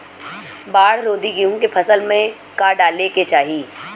बाढ़ रोधी गेहूँ के फसल में का डाले के चाही?